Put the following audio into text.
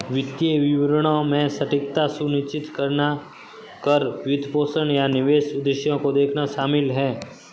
वित्तीय विवरणों में सटीकता सुनिश्चित करना कर, वित्तपोषण, या निवेश उद्देश्यों को देखना शामिल हैं